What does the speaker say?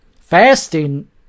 fasting